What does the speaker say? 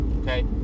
okay